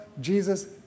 Jesus